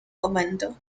convento